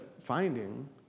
finding